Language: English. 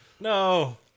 no